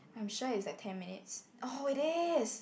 I'm sure it's like ten minutes oh it is